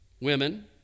women